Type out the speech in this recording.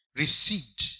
received